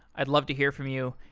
i'd love to hear from you.